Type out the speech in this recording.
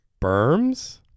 berms